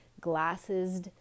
glasses